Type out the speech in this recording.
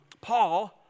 Paul